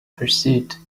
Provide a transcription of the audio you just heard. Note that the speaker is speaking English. pursuit